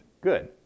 Good